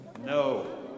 No